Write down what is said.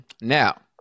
Now